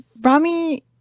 Rami